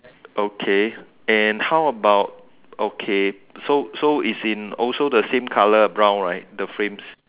okay and how about okay so so it's in also the same colour brown right the frames